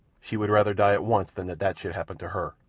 she would rather die at once than that that should happen to her.